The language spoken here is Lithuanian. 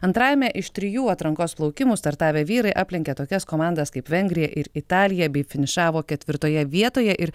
antrajame iš trijų atrankos plaukimų startavę vyrai aplenkė tokias komandas kaip vengrija ir italija bei finišavo ketvirtoje vietoje ir